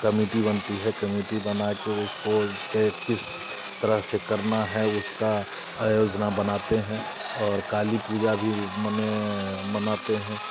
committee बनती है committee बना के उसको उसके किस तरह से करना है उसका आयोजना बनाते हैं और काली पूजा भी माने मनाते हैं